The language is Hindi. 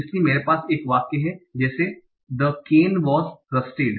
इसलिए मेरे पास एक वाक्य है जैसे कि द केन वास रसटेड